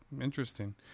interesting